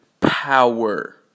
power